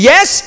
Yes